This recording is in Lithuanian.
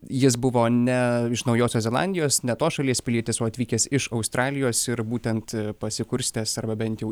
jis buvo ne iš naujosios zelandijos ne tos šalies pilietis o atvykęs iš australijos ir būtent pasikurstęs arba bent jau